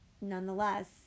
nonetheless